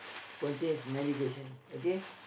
contains medication okay